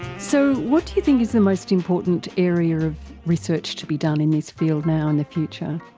so what do you think is the most important area of research to be done in this field now in the future?